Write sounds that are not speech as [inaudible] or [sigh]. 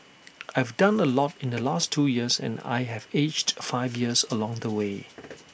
I have done A lot in the last two years and I have aged five years along the way [noise]